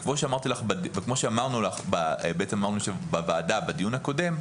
כמו שאמרנו בדיון הקודם,